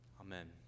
Amen